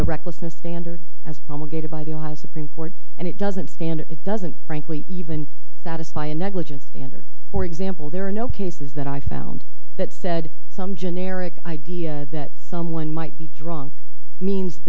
the recklessness standard as promulgated by the supreme court and it doesn't stand it doesn't frankly even satisfy a negligence standard for example there are no cases that i found that said some generic idea that someone might be drunk means